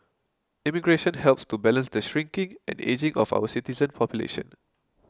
immigration helps to balance the shrinking and ageing of our citizen population